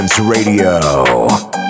Radio